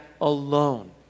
alone